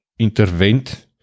Intervent